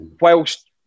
whilst